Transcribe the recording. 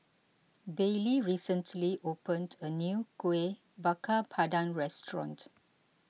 Baylee recently opened a new Kuih Bakar Pandan restaurant